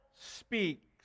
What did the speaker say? speaks